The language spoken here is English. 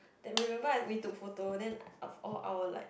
that remember we took photo then all our like